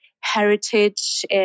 heritage